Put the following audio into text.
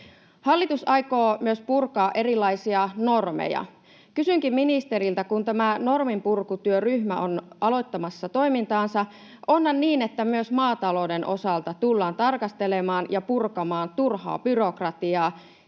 Hallitus aikoo myös purkaa erilaisia normeja. Kysynkin ministeriltä: kun tämä norminpurkutyöryhmä on aloittamassa toimintaansa, onhan niin, että myös maatalouden osalta tullaan tarkastelemaan ja purkamaan turhaa byrokratiaa?